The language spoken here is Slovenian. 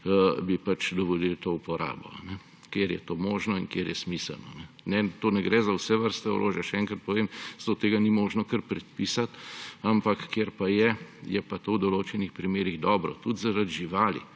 bi dovolili to uporabo, kjer je to možno in kjer je smiselno. To ne gre za vse vrste orožja, še enkrat povem, zato tega ni možno kar predpisati. Ampak kjer pa je, je pa to v določenih primerih dobro tudi zaradi živali,